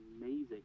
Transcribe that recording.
amazing